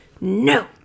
no